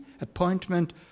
appointment